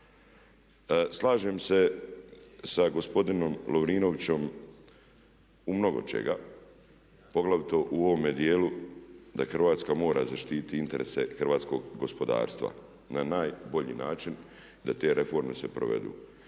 Slažem se sa gospodinom Lovrinovićem u mnogu čemu poglavito u ovome dijelu da Hrvatska mora zaštiti interese hrvatskog gospodarstva na najbolji način da te reforme se provedu.